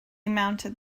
mounted